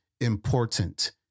important